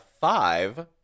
five